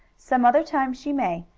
some other time she may.